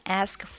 ask